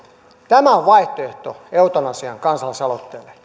tämä on vaihtoehto eutanasian kansalaisaloitteelle